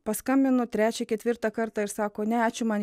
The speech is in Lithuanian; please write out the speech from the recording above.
paskambinu trečią ketvirtą kartą ir sako ne ačiū man